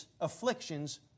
afflictions